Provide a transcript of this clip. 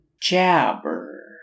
jabber